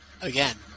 again